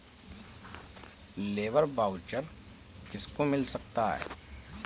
Labour voucher किसको मिल सकता है?